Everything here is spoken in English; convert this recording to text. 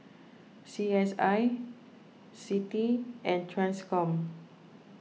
C S I Citi and Transcom